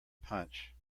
punch